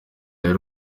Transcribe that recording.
y’u